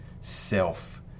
self